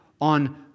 on